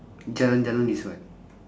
jalan jalan is what